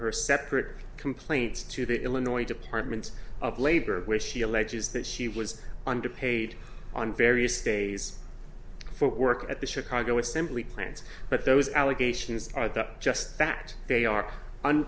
her separate complaints to the illinois department of labor where she alleges that she was underpaid on various days for work at the chicago assembly plants but those allegations are just that they are